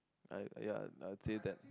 I ya I'll say that